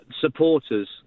supporters